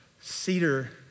Cedar